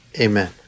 Amen